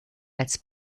als